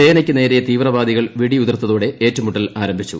സേനക്ക് നേരെ തീവ്രവാദികൾ വെടിയുതിർത്തോടെ ഏറ്റുമുട്ടൽ ആരംഭിച്ചു